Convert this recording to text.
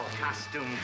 costume